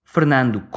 Fernando